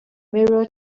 mirror